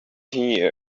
here